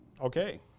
Okay